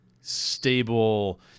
stable